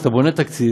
כשאתה בונה תקציב,